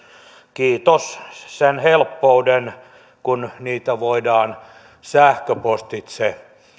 kiitos sen helppouden kun niitä voidaan sähköpostitse